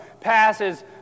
passes